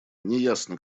неясно